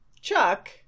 Chuck